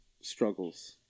struggles